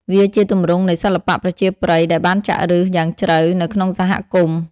វាជាទម្រង់នៃសិល្បៈប្រជាប្រិយដែលបានចាក់ឫសយ៉ាងជ្រៅនៅក្នុងសហគមន៍។